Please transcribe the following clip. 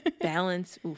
balance